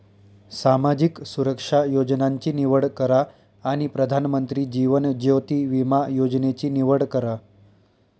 सामाजिक सुरक्षा योजनांची निवड करा आणि प्रधानमंत्री जीवन ज्योति विमा योजनेची निवड करा